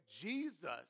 Jesus